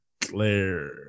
Claire